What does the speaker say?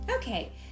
Okay